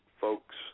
folks